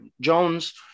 Jones